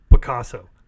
Picasso